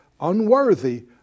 unworthy